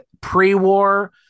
Pre-war